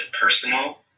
personal